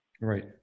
Right